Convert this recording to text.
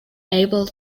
able